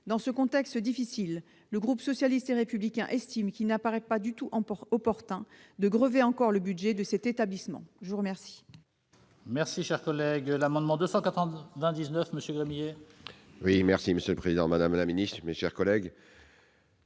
Dans ce contexte difficile, le groupe socialiste et républicain estime qu'il n'apparaît pas du tout opportun de grever encore le budget de cet établissement. L'amendement